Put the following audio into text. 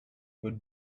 would